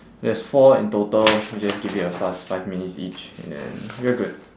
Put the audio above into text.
there's four in total we just give it a fast five minutes each and we're good